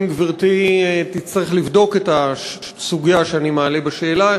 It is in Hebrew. גברתי תצטרך לבדוק את הסוגיה שאני מעלה בשאלה,